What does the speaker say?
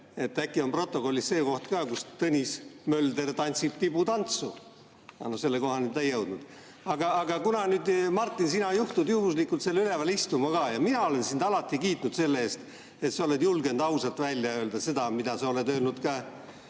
äkki on protokollis see koht ka, et Tõnis Mölder tantsib tibutantsu. Aga selle kohani ta ei jõudnud. Aga kuna, Martin, sina juhtud juhuslikult seal üleval istuma ka ja mina olen sind alati kiitnud selle eest, et sa oled julgenud ausalt välja öelda, mida sa oled öelnud ka